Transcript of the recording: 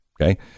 Okay